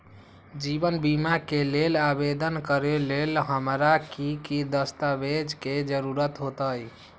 जीवन बीमा के लेल आवेदन करे लेल हमरा की की दस्तावेज के जरूरत होतई?